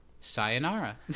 sayonara